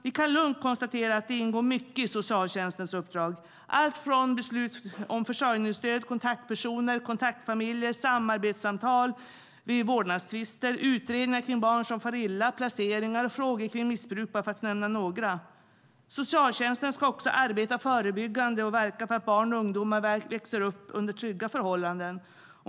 Vi kan lugnt konstatera att det ingår mycket i socialtjänstens uppdrag - allt från beslut om försörjningsstöd, kontaktpersoner, kontaktfamiljer, samarbetssamtal vid vårdnadstvister, utredningar kring barn som far illa och placeringar till frågor kring missbruk, bara för att nämna några. Socialtjänsten ska arbeta förebyggande och verka för att barn och ungdomar växer upp under trygga förhållanden.